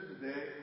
today